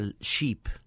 sheep